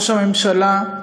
ראש הממשלה,